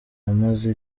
amazi